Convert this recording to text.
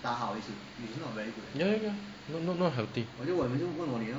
ya ya ya not healthy